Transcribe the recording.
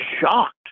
shocked